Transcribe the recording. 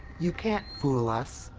you can't fool us.